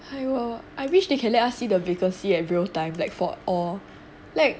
!aiyo! I wish they can let us see the vacancy at real time like for all like